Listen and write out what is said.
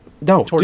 no